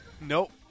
Nope